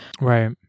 Right